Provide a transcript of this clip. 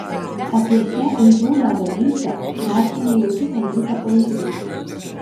apie šią įžūlią vagystę rašėme jau kitą rytą po įvykio